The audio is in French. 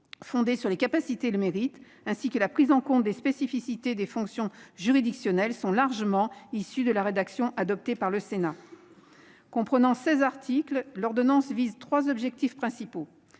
fondé « sur les capacités et le mérite », ainsi que la prise en compte « des spécificités des fonctions juridictionnelles » -sont largement issus de la rédaction adoptée par le Sénat. Comprenant seize articles, l'ordonnance a trois objectifs principaux